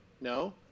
no